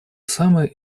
самое